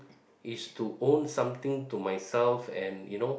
is to own something to myself and you know